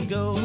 go